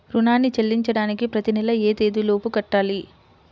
రుణాన్ని చెల్లించడానికి ప్రతి నెల ఏ తేదీ లోపు కట్టాలి?